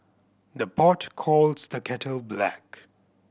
the pot calls the kettle black